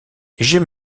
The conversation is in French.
j’ai